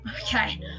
Okay